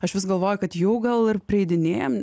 aš vis galvoju kad jau gal ir prieidinėjam